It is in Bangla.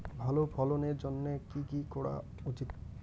ভালো ফলনের জন্য কি কি করা উচিৎ?